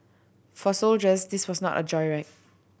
for soldiers this was not a joyride